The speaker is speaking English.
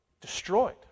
Destroyed